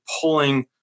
pulling